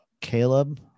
caleb